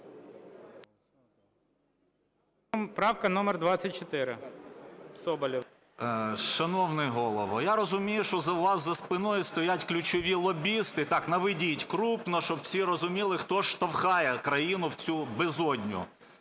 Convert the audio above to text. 13:28:02 СОБОЛЄВ С.В. Шановний Голово, я розумію, що у вас за спиною стоять ключові лобісти. Так, наведіть крупно, щоб всі розуміли, хто штовхає країну в цю безодню